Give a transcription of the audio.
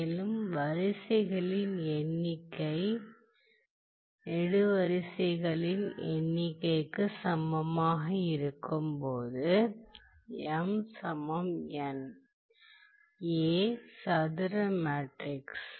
மேலும் வரிசைகளின் எண்ணிக்கை நெடுவரிசைகளின் எண்ணிக்கைக்கு சமமாக இருக்கும் போது A சதுர மேட்ரிக்ஸ்